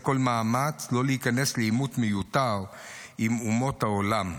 כל מאמץ לא להיכנס לעימות מיותר עם אומות העולם.